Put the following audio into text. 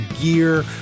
gear